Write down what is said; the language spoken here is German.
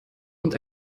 und